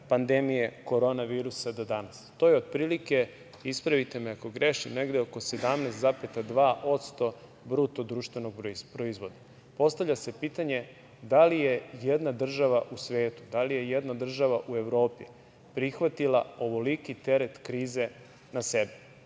pandemije korona virusa do danas. To je otprilike, ispravite me ako grešim, negde oko 17,2% BDP. Postavlja se pitanje da li je jedna država u svetu, da li je jedna država u Evropi prihvatila ovoliki teret krize na sebe.